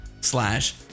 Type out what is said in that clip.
slash